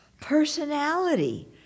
personality